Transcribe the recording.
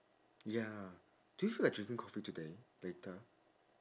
ya do you feel like drinking coffee today later